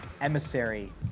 emissary